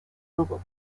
google